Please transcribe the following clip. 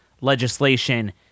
legislation